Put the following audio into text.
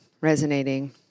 resonating